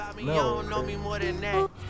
No